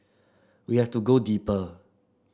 we have to go deeper